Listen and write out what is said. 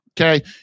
Okay